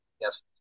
Yes